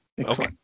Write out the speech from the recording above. Okay